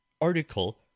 Article